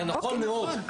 זה נכון מאוד.